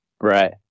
right